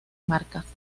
marcas